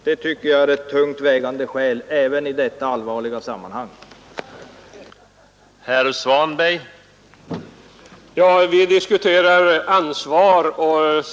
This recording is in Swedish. Det anser jag vara ett tungt vägande skäl även i detta allvarliga sammanhang. pansion i Norrbotten och andra regioner med sysselsättningssvårigheter